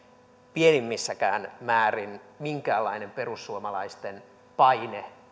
pienimmässäkään määrin minkäänlainen perussuomalaisten paine